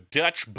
dutch